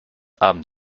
abend